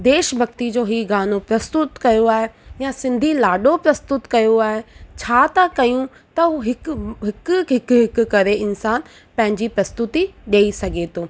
देश भक्ति जो ई गानो प्रस्तुत कयो आहे या सिंधी लाॾो प्रस्तुत कयो आहे छा था कयूं त हू हिकु हिकु हिकु हिकु करे इंसान पंहिंजी प्रस्तुती ॾेई सघे थो